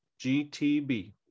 GTB